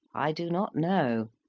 i do not know.